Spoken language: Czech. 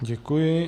Děkuji.